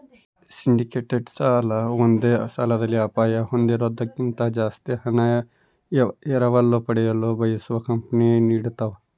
syndicated ಸಾಲ ಒಂದೇ ಸಾಲದಲ್ಲಿ ಅಪಾಯ ಹೊಂದೋದ್ಕಿಂತ ಜಾಸ್ತಿ ಹಣ ಎರವಲು ಪಡೆಯಲು ಬಯಸುವ ಕಂಪನಿ ನೀಡತವ